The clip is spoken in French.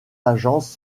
agences